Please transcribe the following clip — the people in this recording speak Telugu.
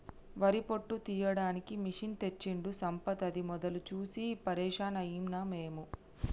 వరి పొట్టు తీయడానికి మెషిన్ తెచ్చిండు సంపత్ అది మొదలు చూసి పరేషాన్ అయినం మేము